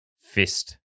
fist